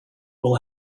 will